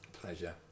pleasure